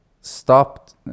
stopped